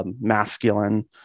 masculine